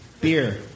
Beer